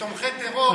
כתומכי טרור,